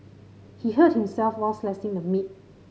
he hurt himself while slicing the meat